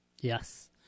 Yes